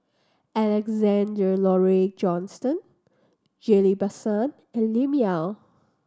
Alexander Laurie Johnston Ghillie Basan and Lim Yau